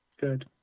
Good